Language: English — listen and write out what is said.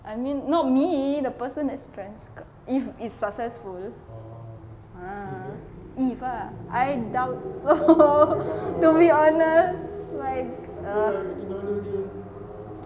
I mean not me the person as friends if it's successful ah if ah I doubt so to be honest like err